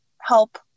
help